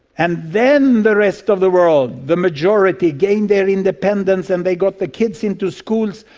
and then the rest of the world, the majority gained their independence and they got the kids into schools,